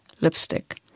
lipstick